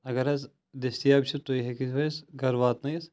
اگر حظ دٕستِیاب چھِ تُہُۍ ہیٚکِو حَظ گَرٕ واتنٲیِتھ